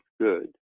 good